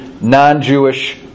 non-Jewish